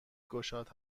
گشاد